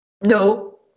no